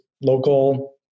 local